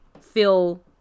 feel